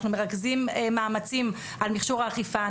אנחנו מרכזים מאמצים על מכשור האכיפה,